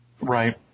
Right